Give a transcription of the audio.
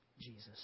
Jesus